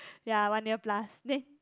ya one year plus then